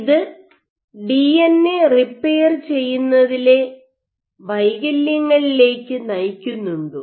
ഇത് DNA repair ചെയ്യുന്നതിലെ വൈകല്യങ്ങളിലേക്ക് നയിക്കുന്നുണ്ടോ